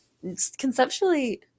conceptually